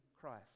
Christ